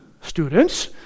students